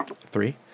three